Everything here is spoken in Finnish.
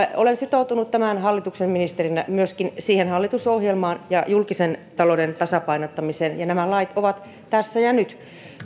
olen sitoutunut tämän hallituksen ministerinä myöskin siihen hallitusohjelmaan ja julkisen talouden tasapainottamiseen ja nämä lait ovat tässä ja nyt